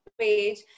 page